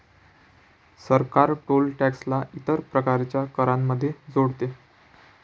सरकार toll tax ला इतर प्रकारच्या करांमध्ये जोडते